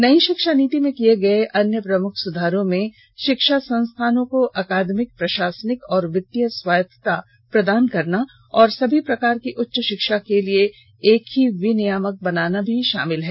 नई शिक्षा नीति में किए गए अन्य प्रमुख सुधारों में शिक्षा संस्थाओं को अकादमिक प्रशासनिक और वित्तीय स्वायत्तता प्रदान करना और सभी प्रकार की उच्च शिक्षा र्क लिए एक ही विनियामक बनाना भी शामिल है